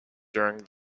during